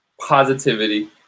positivity